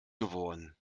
geworden